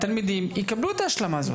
התלמידים יקבלו את ההשלמה הזאת.